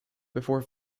before